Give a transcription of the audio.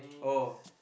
oh